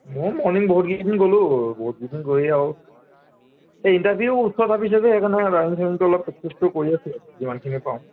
মইও মৰ্ণিং বহুত কেইদিন গলোঁ বহুত কেইদিন গৈ আৰু এই ইণ্টাৰভিউ ওচৰ চাপিছে যে সেইকাৰণে ৰাণিং চানিঙটো অলপ প্ৰেক্টিছটো কৰি আৰু যিমানখিনি পাৰো